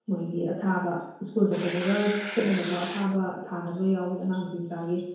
ꯃꯣꯏꯒꯤ ꯑꯊꯥꯕ ꯁ꯭ꯀꯨꯜ ꯆꯠꯄꯗꯒ ꯁꯦꯠꯅꯕꯀꯣ ꯑꯊꯥꯕ ꯊꯥꯅꯕ ꯌꯥꯎꯏ ꯑꯉꯥꯡ ꯅꯨꯄꯤ ꯃꯆꯥꯒꯤ